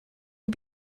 you